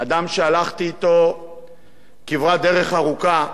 אדם שהלכתי אתו כברת דרך ארוכה.